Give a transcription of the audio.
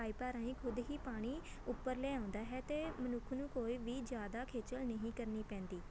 ਪਾਈਪਾਂ ਰਾਹੀਂ ਖੁਦ ਹੀ ਪਾਣੀ ਉੱਪਰ ਲੈ ਆਉਂਦਾ ਹੈ ਅਤੇ ਮਨੁੱਖ ਨੂੰ ਕੋਈ ਵੀ ਜ਼ਿਆਦਾ ਖੇਚਲ ਨਹੀਂ ਕਰਨੀ ਪੈਂਦੀ